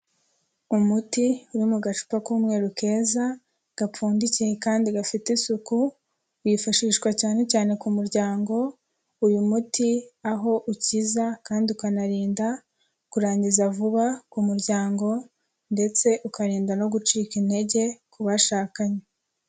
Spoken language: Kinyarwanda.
Umuti uri mu gacupa k'umweru keza, gapfundikiye kandi gafite isuku, wifashishwa cyane cyane ku muryango, uyu muti aho ukiza kandi ukanarinda kurangiza vuba ku muryango, ndetse ukarinda no gucika intege ku bashakanye.